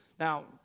Now